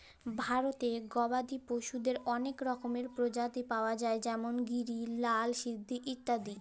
ভারতে গবাদি পশুদের অলেক রকমের প্রজাতি পায়া যায় যেমল গিরি, লাল সিন্ধি ইত্যাদি